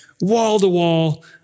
Wall-to-wall